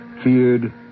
feared